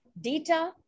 data